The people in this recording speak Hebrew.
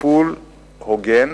טיפול הוגן,